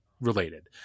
related